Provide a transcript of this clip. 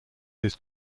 his